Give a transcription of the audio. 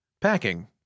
Packing